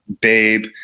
babe